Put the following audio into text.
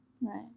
Right